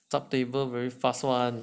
chope table very fast [one]